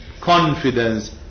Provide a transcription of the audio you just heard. confidence